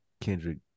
Kendrick